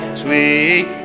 sweet